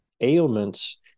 ailments